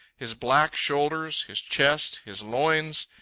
his black shoulders, his chest, his loins,